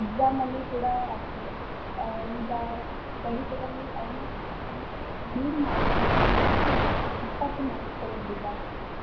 ಎಕ್ಸಾಮಲ್ಲಿ ಕೂಡ ಅಷ್ಟೇ ಈಗ ಗಣಿತದಲ್ಲಿ ಅವನು ನೂರು ಮಾರ್ಕ್ಸಿಗೆ ಇಪ್ಪತ್ತು ಮಾರ್ಕ್ಸ್ ತೊಗೊಂಡಿದ್ದಾನೆ